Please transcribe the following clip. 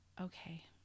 okay